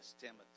Timothy